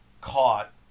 caught